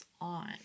on